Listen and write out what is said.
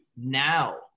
now